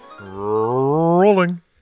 Rolling